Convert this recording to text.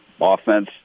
offense